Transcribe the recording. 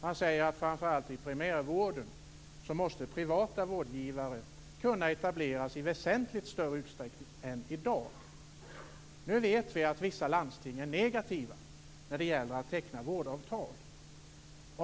Man skriver att privata vårdgivare måste kunna etablera sig i väsentligt större utsträckning än i dag framför allt i primärvården. Nu vet vi att vissa landsting är negativa när det gäller att teckna vårdavtal.